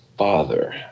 Father